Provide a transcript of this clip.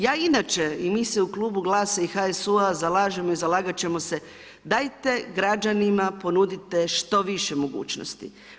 Ja inače, i mi su u klubu GLAS-a i HSU-a zalažemo i zalagat ćemo se dajte građanima ponudite što više mogućnosti.